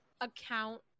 account